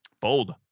Bold